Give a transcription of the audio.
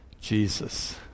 Jesus